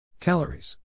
Calories